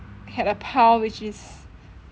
had a pile which is